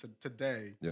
today